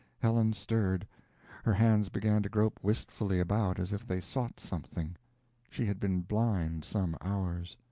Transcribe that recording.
helen stirred her hands began to grope wistfully about as if they sought something she had been blind some hours.